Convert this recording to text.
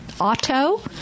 auto